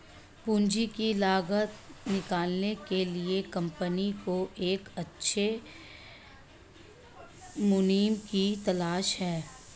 पूंजी की लागत निकालने के लिए कंपनी को एक अच्छे मुनीम की तलाश है